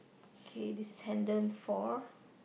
K this handle four